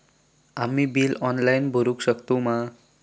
आम्ही bill online भरुक शकतू मा?